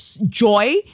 Joy